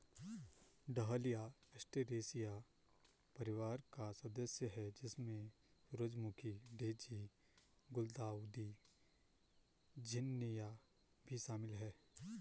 dahlia Asteraceae परिवार का सदस्य है, जिसमें सूरजमुखी, डेज़ी, गुलदाउदी, झिननिया भी शामिल है